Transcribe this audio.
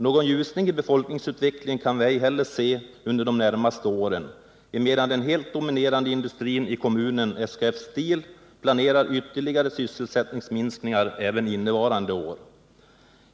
Någon ljusning i befolkningsutvecklingen kan vi ej heller se under de närmaste åren, emedan den helt dominerande industrin i kommunen, SKF Steel, planerar ytterligare sysselsättningsminskningar även innevarande år.